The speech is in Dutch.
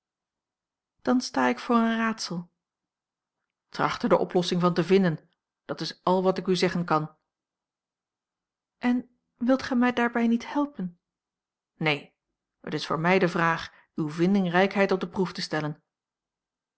dan sta ik voor een raadsel tracht er de oplossing van te vinden dat is al wat ik u zeggen kan en wilt gij mij daarbij niet helpen neen het is voor mij de vraag uwe vindingrijkheid op de proef te stellen